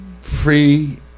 Free